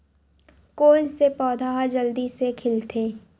कोन से पौधा ह जल्दी से खिलथे?